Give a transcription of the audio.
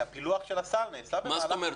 כי הפילוח של הסל נעשה -- מה זאת אומרת?